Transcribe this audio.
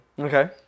Okay